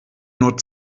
nur